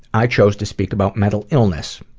i chose to speak about mental illness.